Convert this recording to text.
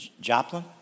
Joplin